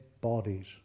bodies